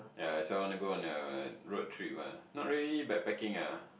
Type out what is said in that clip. ya so I wanna go on a road trip ah not really backpacking ah